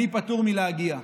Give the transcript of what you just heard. אני פטור מלהגיע.